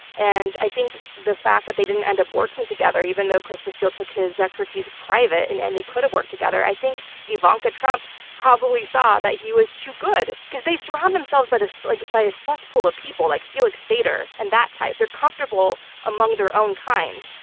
and i think the fact that they didn't end up working together even though christopher steele took his expertise private and and they could have worked together, i think ivanka trump probably saw that he was too good, because they surround themselves by a like a cesspool of people like felix sater and that type. they're comfortable among their own kind.